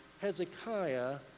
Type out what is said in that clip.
Hezekiah